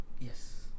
Yes